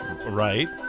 Right